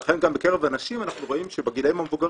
ולכן גם בקרב הנשים אנחנו רואים שבגילאים המבוגרים